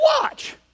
watch